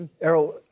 Errol